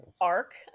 arc